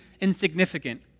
insignificant